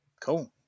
Cool